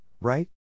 right